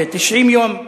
ל-90 יום,